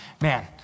man